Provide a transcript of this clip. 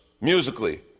Musically